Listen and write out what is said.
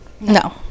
No